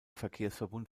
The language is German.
verkehrsverbund